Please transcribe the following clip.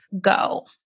go